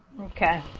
okay